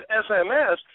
SMS